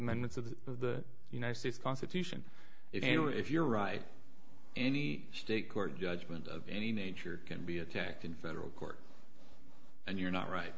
amendments of the united states constitution if you're right any state court judgment of any nature can be attacked in federal court and you're not right